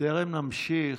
בטרם נמשיך,